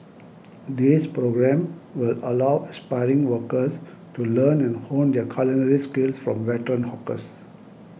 this programme will allow aspiring workers to learn and hone their culinary skills from veteran hawkers